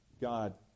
God